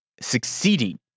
succeeding